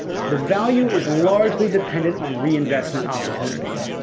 the value is largely dependent on reinvestment opportunities.